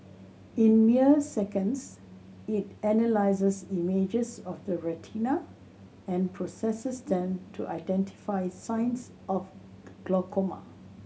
in mere seconds it analyses images of the retina and processes them to identify signs of glaucoma